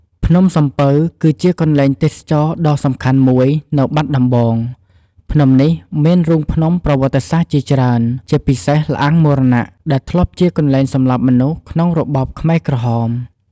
ភ្នំសំពៅគឺជាកន្លែងទេសចរណ៍ដ៏សំខាន់មួយនៅបាត់ដំបង ភ្នំនេះមានរូងភ្នំប្រវត្តិសាស្ត្រជាច្រើន ជាពិសេស ល្អាងមរណៈ ដែលធ្លាប់ជាកន្លែងសម្លាប់មនុស្សក្នុងរបបខ្មែរក្រហម។